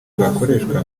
bwakoreshwa